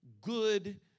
good